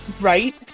Right